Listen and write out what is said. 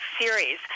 series